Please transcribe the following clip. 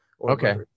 Okay